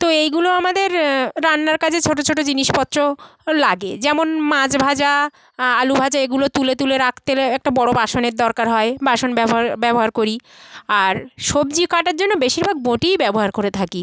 তো এইগুলো আমাদের রান্নার কাজে ছোটো ছোটো জিনিসপত্র লাগে যেমন মাছ ভাজা আলু ভাজা এগুলো তুলে তুলে রাখতে হলে একটা বড় বাসনের দরকার হয় বাসন ব্যবহার ব্যবহার করি আর সবজি কাটার জন্য বেশিরভাগ বঁটিই ব্যবহার করে থাকি